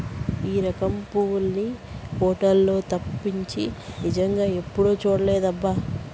ఈ రకం పువ్వుల్ని పోటోలల్లో తప్పించి నిజంగా ఎప్పుడూ చూడలేదబ్బా